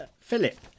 Philip